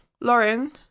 Lauren